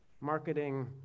marketing